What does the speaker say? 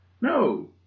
No